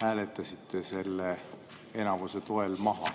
hääletasite selle enamuse toel maha?